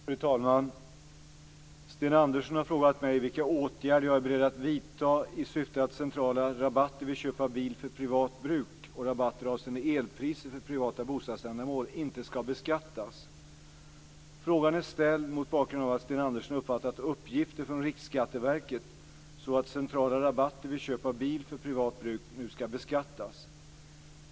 Fru talman! Sten Andersson har frågat mig vilka åtgärder jag är beredd att vidta i syfte att centrala rabatter vid köp av bil för privat bruk och rabatter avseende elpriser för privata bostadsändamål inte skall beskattas. Frågan är ställd mot bakgrund av att Sten Andersson uppfattat uppgifter från Riksskatteverket så att centrala rabatter vid köp av bil för privat bruk nu skall beskattas.